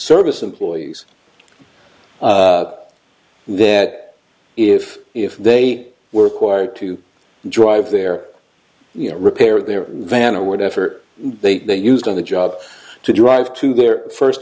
service employees that if if they were acquired to drive their you know repair their van or whatever they used on the job to drive to their first